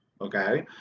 okay